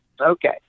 okay